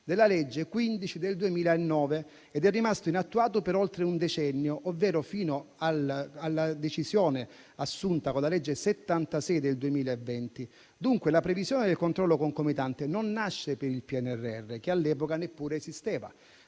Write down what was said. della legge n. 15 del 2009 ed è rimasto inattuato per oltre un decennio, ovvero fino alla decisione assunta con la legge n. 76 del 2020. Dunque, la previsione del controllo concomitante non nasce per il PNRR, che all'epoca neppure esisteva.